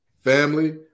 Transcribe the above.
family